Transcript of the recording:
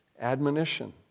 Admonition